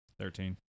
Thirteen